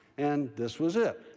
and this was it.